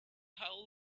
how